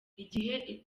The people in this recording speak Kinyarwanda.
igihe